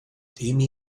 temi